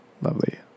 Lovely